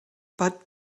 but